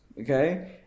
okay